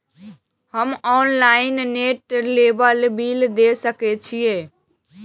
हम online table bill दे सके छी?